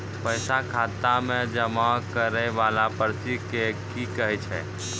पैसा खाता मे जमा करैय वाला पर्ची के की कहेय छै?